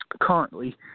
Currently